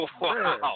Wow